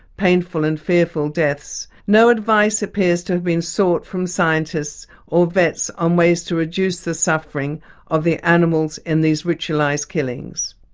painful and fearful deaths, no advice appears to have been sought from scientists or vets on ways to reduce the suffering of the animals in these ritualised killings.